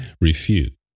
Refute